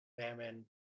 famine